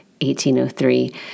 1803